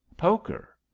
Poker